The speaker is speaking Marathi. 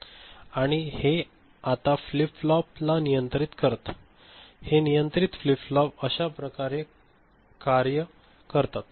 आणि हे आता फ्लिप फ्लॉप ला नियंत्रित करत हे नियंत्रित फ्लिप फ्लॉप अश्या प्रकारे कार्य करतात